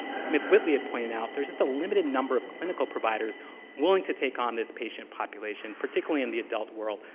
smith-whitley had pointed out, there's just a limited number of clinical providers willing to take on this patient population, particularly in the adult world,